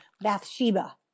Bathsheba